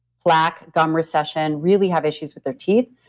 plaque, gum recession, really have issues with their teeth.